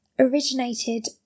originated